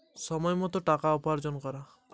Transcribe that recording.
বিল পরিশোধের সবচেয়ে ভালো উপায় কী?